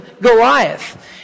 Goliath